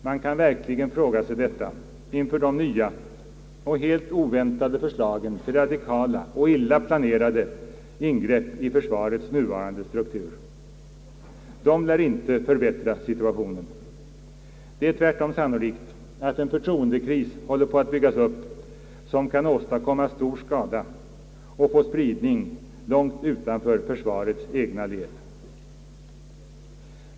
Man kan verkligen fråga sig detta inför de nya och helt oväntade förslagen till radikala och illa planerade ingrepp i försvarets nuvarande struktur. De lär inte förbättra situationen. Det är tvärtom sannolikt att en förtroendekris håller på att byggas upp, som kan åstadkomma stor skada och få spridning långt utanför försvarets egna led.